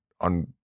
on